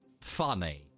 funny